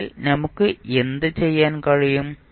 അതിനാൽ നമുക്ക് എന്തുചെയ്യാൻ കഴിയും